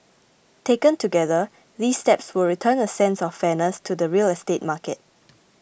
taken together these steps will return a sense of fairness to the real estate market